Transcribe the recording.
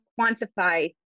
quantify